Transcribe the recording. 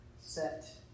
set